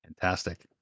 Fantastic